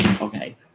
okay